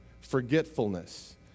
forgetfulness